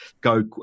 go